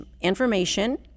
information